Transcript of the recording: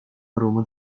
aroma